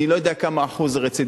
אני לא יודע מה אחוז הרצידיביזם,